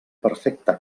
perfecte